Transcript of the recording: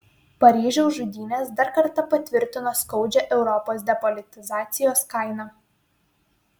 paryžiaus žudynės dar kartą patvirtino skaudžią europos depolitizacijos kainą